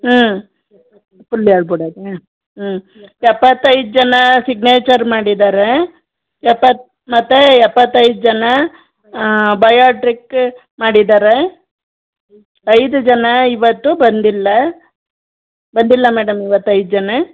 ಹ್ಞೂ ಪುಲ್ ಹೇಳ್ಬುಡದ ಹ್ಞೂ ಹ್ಞೂ ಎಪ್ಪತೈದು ಜನ ಸಿಗ್ನೇಚರ್ ಮಾಡಿದಾರೆ ಎಪ್ಪತ್ತು ಮತ್ತು ಎಪ್ಪತೈದು ಜನ ಬಯೋಟ್ರಿಕ್ ಮಾಡಿದಾರೆ ಐದು ಜನ ಇವತ್ತು ಬಂದಿಲ್ಲ ಬಂದಿಲ್ಲ ಮೇಡಮ್ ಇವತ್ತು ಐದು ಜನ